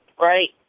Right